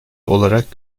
olarak